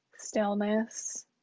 stillness